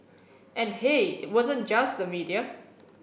and hey it wasn't just the media